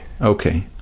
Okay